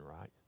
right